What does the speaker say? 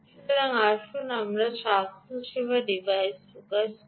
সুতরাং আসুন আমরা এই স্বাস্থ্যসেবা ডিভাইসে ফোকাস করি